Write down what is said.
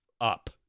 up